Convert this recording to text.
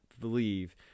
believe